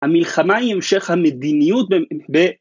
המלחמה היא המשך המדיניות